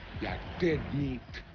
dead meat!